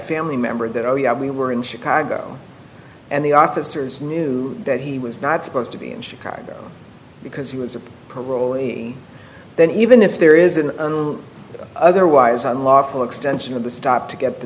family member that oh yeah we were in chicago and the officers knew that he was not supposed to be in chicago because he was a parolee then even if there is an otherwise unlawful extension of the stop to get the